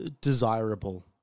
Desirable